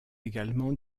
également